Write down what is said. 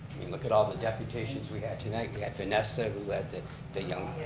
i mean look at all the deputations we had tonight. we had vanessa who had the the young,